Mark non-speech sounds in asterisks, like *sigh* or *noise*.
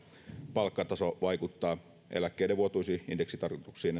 palkkataso vaikuttaa eläkkeiden vuotuisiin indeksitarkistuksiin *unintelligible*